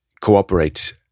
cooperate